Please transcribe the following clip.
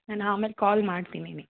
ನಾನು ಆಮೇಲೆ ಕಾಲ್ ಮಾಡ್ತೀನಿ ನಿನಗೆ